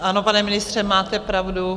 Ano, pane ministře, máte pravdu.